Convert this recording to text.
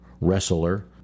wrestler